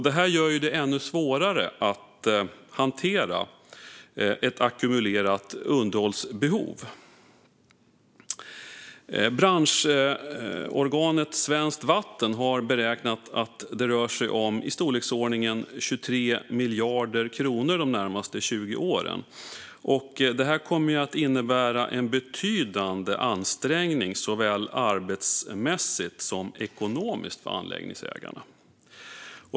Detta gör det ännu svårare att hantera att ackumulerat underhållsbehov. Branschorganet Svenskt Vatten har beräknat att det rör sig om i storleksordningen 23 miljarder kronor de närmaste 20 åren. Det kommer att innebära en betydande ansträngning såväl arbetsmässigt som ekonomiskt för anläggningsägarna.